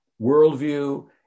worldview